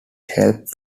helped